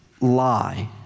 lie